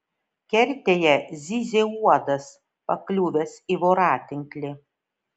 kertėje zyzė uodas pakliuvęs į voratinklį